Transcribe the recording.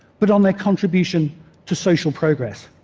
but on their contribution to social progress.